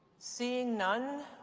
seeing none,